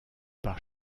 par